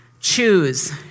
choose